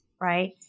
right